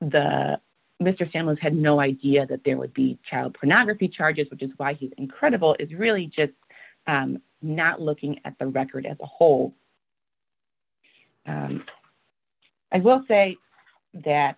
the mr family's had no idea that there would be child pornography charges which is why he's incredible is really just not looking at the record as a whole i will say that